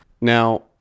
Now